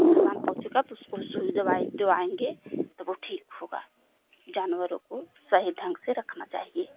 नुकसान पहुँचेगा तो उसको सुई दवाई दिवाएँगे तो वो ठीक होगा जानवरों को सही ढंग से रखना चाहिए